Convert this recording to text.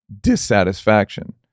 dissatisfaction